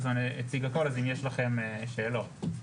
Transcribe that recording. יש לכם שאלות,